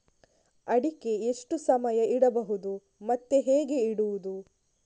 ಅಡಿಕೆ ಎಷ್ಟು ಸಮಯ ಇಡಬಹುದು ಮತ್ತೆ ಹೇಗೆ ಇಡುವುದು?